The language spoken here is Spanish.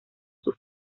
sus